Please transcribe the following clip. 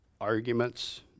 arguments